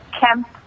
camp